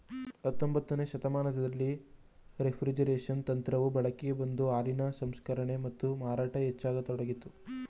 ಹತೊಂಬತ್ತನೇ ಶತಮಾನದಲ್ಲಿ ರೆಫ್ರಿಜರೇಷನ್ ತಂತ್ರವು ಬಳಕೆಗೆ ಬಂದು ಹಾಲಿನ ಸಂಸ್ಕರಣೆ ಮತ್ತು ಮಾರಾಟ ಹೆಚ್ಚಾಗತೊಡಗಿತು